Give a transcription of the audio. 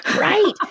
right